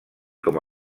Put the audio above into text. com